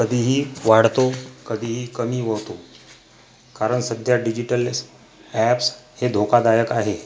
कधीही वाढतो कधीही कमी होतो कारण सध्या डिजिटललेस ॲप्स हे धोकादायक आहे